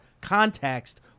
context